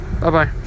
Bye-bye